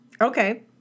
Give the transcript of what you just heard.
Okay